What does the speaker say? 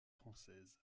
française